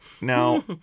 Now